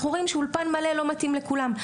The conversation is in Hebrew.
אולפן מלא לא מתאים לכולם.